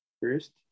first